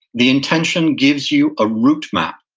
the intention gives you a route map,